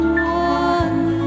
one